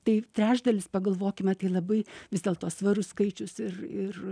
tai trečdalis pagalvokime tai labai vis dėlto svarus skaičius ir ir